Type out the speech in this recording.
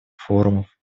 форумов